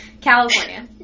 California